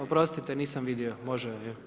Oprostite, nisam vidio, može.